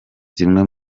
zimwe